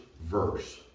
Verse